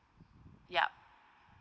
yup